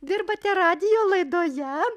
dirbate radijo laidoje